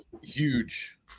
huge